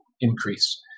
increase